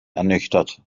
ernüchtert